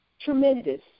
tremendous